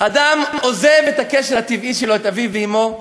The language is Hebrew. אדם עוזב את הקשר הטבעי שלו, את אביו ואמו,